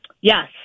Yes